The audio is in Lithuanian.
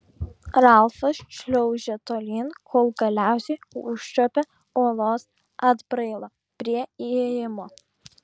ralfas šliaužė tolyn kol galiausiai užčiuopė uolos atbrailą prie įėjimo